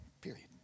Period